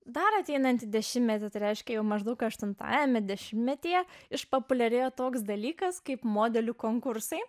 dar ateinantį dešimtmetį reiškia jau maždaug aštuntajame dešimtmetyje išpopuliarėjo toks dalykas kaip modelių konkursai